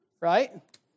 Right